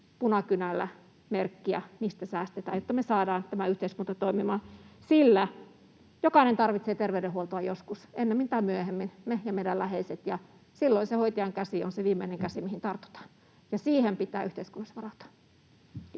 punakynällä merkkiä, mistä säästetään, jotta me saadaan tämä yhteiskunta toimimaan, sillä jokainen tarvitsee terveydenhuoltoa joskus, ennemmin tai myöhemmin, me ja meidän läheisemme. Silloin se hoitajan käsi on se viimeinen käsi, mihin tartutaan, ja siihen pitää yhteiskunnassa varautua.